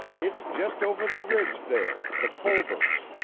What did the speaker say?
it's just over the ridge there the colberts.